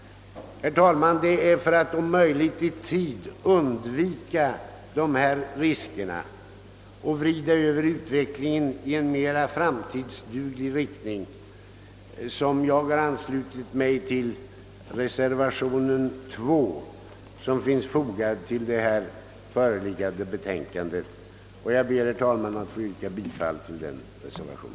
Herr talman! Det är för att om möjligt i tid undvika dessa risker och för att vrida över utvecklingen i en mera framtidsduglig riktning som jag har anslutit mig till den vid statsutskottets utlåtande nr 163 fogade reservationen nr 2. Jag ber, herr talman, att få yrka bifall till denna reservation.